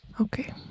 Okay